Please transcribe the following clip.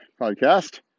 podcast